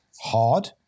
hard